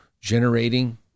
generating